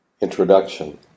INTRODUCTION